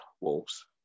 Wolves